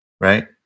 Right